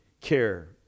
care